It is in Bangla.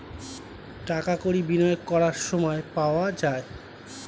টাকা কড়ি বিনিয়োগ করার সময় পাওয়া যায়